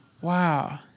Wow